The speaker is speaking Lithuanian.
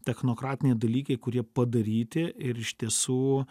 technokratiniai dalykai kurie padaryti ir iš tiesų